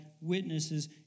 witnesses